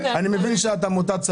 אני לא נותנת סדרת חינוך.